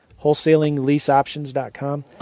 wholesalingleaseoptions.com